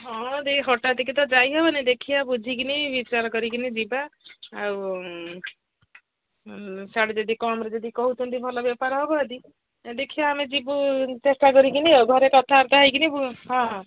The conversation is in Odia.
ହଁ ଦେଇ ହଠାତ କି ତ ଯାଇହେବନି ଦେଖିବା ବୁଝିକି ବିଚାର କରିକି ଯିବା ଆଉ ସିଆଡ଼େ ଯଦି କମ୍ରେ ଯଦି କହୁଛନ୍ତି ଭଲ ବେପାର ହେବ ଦେଖିବା ଆମେ ଯିବୁ ଚେଷ୍ଟା କରିକି ଆଉ ଘରେ କଥାବାର୍ତ୍ତା ହୋଇକି ହଁ